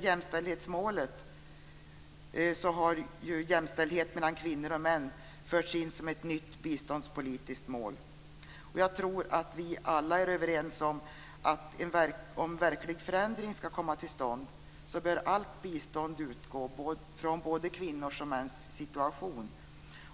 Jämställdhetsmålet innebär att jämställdhet mellan kvinnor och män har införts som ett nytt biståndspolitiskt mål. Jag tror att vi alla är överens om att om verklig förändring skall komma till stånd bör allt bistånd utgå från både kvinnors och mäns situation